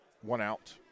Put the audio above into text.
one-out